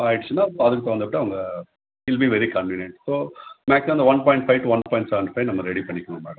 ஆயிடுச்சினால் அதுக்கு தகுந்தபடி அவங்க will be very convenient so maximum அந்த one point five to one point seven five நம்ம ரெடி பண்ணிக்கலாம் மேடம்